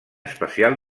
especial